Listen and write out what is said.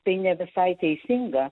tai ne visai teisinga